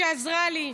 שעזרה לי,